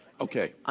Okay